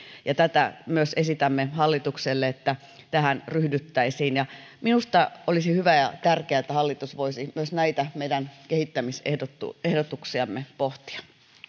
tätä myös esitämme hallitukselle että tähän ryhdyttäisiin minusta olisi hyvä ja tärkeää että hallitus voisi myös näitä meidän kehittämisehdotuksiamme pohtia